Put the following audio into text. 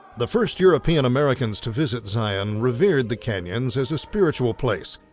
the first european americans to visit zion revered the canyons as a spiritual place.